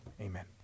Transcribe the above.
amen